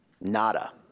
nada